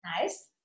Nice